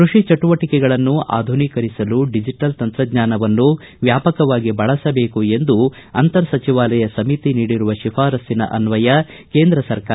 ಕೃಷಿ ಚಟುವಟಿಕೆಗಳನ್ನು ಆಧುನೀಕರಿಸಲು ಡಿಜೆಟಲ್ ತಂತ್ರಜ್ಞಾನವನ್ನು ವ್ಯಾಪಕವಾಗಿ ಬಳಸಬೇಕು ಎಂದು ಅಂತರ್ ಸಚಿವಾಲಯ ಸಮಿತಿ ನೀಡಿರುವ ಶಿಫಾರಸ್ಲಿನ ಅನ್ವಯ ಕೇಂದ್ರ ಸರ್ಕಾರ